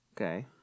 okay